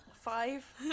Five